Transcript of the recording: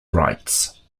rights